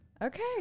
Okay